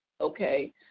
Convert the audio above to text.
Okay